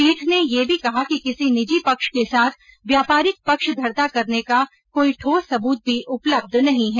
पीठ ने यह भी कहा कि किसी निजी पक्ष के साथ व्यापारिक पक्षधरता करने का कोई ठोस सबूत भी उपलब्ध नहीं है